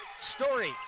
Story